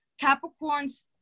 Capricorn's